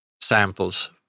samples